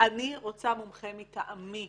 אני רוצה מומחה מטעמי